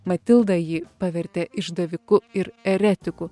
matilda jį pavertė išdaviku ir eretiku